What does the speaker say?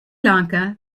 lanka